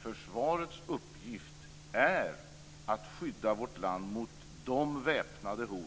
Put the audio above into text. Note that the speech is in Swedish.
Försvarets uppgift är att skydda vårt land mot de väpnade hot